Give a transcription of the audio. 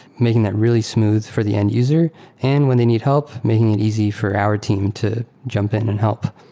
making that really smooth for the end-user. and when they need help, making it easy for our team to jump in and help